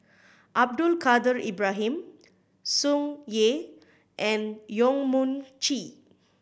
Abdul Kadir Ibrahim Tsung Yeh and Yong Mun Chee